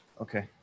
Okay